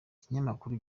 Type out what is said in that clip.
ikinyamakuru